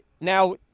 now